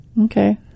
Okay